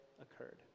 occurred